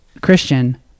Christian